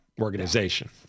organization